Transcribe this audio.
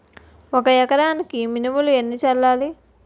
ఒక ఎకరాలకు మినువులు ఎన్ని చల్లాలి?